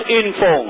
info